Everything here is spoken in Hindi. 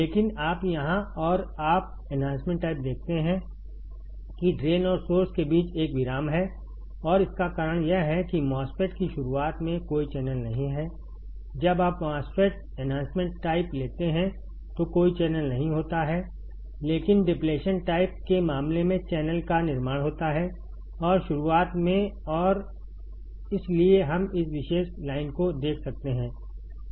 लेकिन आप यहां और आप एन्हांसमेंट टाइप देखते हैं कि ड्रेन और सोर्स के बीच एक विराम है और इसका कारण यह है कि MOSFET की शुरुआत में कोई चैनल नहीं है जब आप MOSFET एन्हांसमेंट टाइप लेते हैं तो कोई चैनल नहीं होता है लेकिन डिप्लेशन टाइप के मामले में चैनल का निर्माण होता है और शुरुआत में और इसलिए हम इस विशेष लाइन को देख सकते हैं